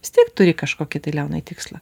vis tiek turi kažkokį tai leonai tikslą